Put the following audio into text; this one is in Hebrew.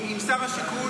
עם שר השיכון,